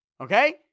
okay